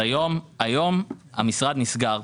היום המשרד נסגר.